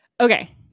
Okay